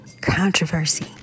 controversy